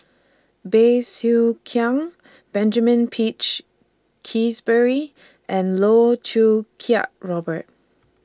Bey Soo Khiang Benjamin Peach Keasberry and Loh Choo Kiat Robert